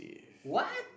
what